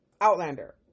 Outlander